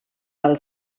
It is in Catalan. del